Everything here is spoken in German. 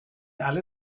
alle